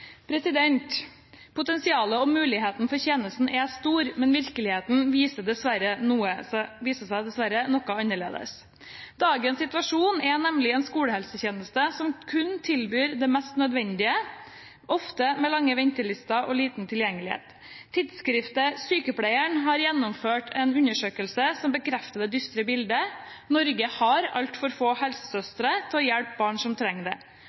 Potensialet og muligheten for tjenesten er stor, men virkeligheten viser seg dessverre noe annerledes. Dagens situasjon er nemlig en skolehelsetjeneste som kun tilbyr det mest nødvendige, ofte med lange ventelister og liten tilgjengelighet. Tidsskriftet «Sykepleien» har gjennomført en undersøkelse som bekrefter det dystre bildet. Norge har altfor få helsesøstre til å hjelpe barn som trenger det.